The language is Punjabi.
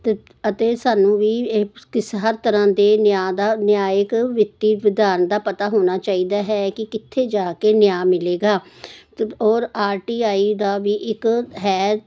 ਅਤੇ ਅਤੇ ਸਾਨੂੰ ਵੀ ਕਿਸ ਹਰ ਤਰ੍ਹਾਂ ਦੇ ਨਿਆ ਦਾ ਨਿਆਇਕ ਵਿੱਤੀ ਵਿਧਾਨ ਦਾ ਪਤਾ ਹੋਣਾ ਚਾਹੀਦਾ ਹੈ ਕਿ ਕਿੱਥੇ ਜਾ ਕੇ ਨਿਆ ਮਿਲੇਗਾ ਅਤੇ ਔਰ ਆਰ ਟੀ ਆਈ ਦਾ ਵੀ ਇੱਕ ਹੈ